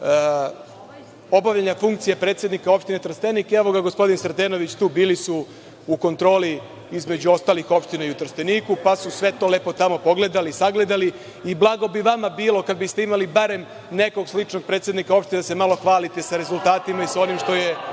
obavljanja funkcije predsednika opštine Trstenik, gospodin Sretenović je tu, bili su u kontroli u Trsteniku, pa su sve to lepo tamo pogledali, sagledali i blago bi vama bilo kada biste imali barem nekog sličnog predsednika opštine da se malo hvalite rezultatima i sa onim što je